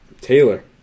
Taylor